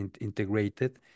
integrated